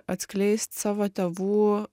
atskleist savo tėvų